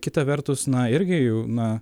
kita vertus na irgi na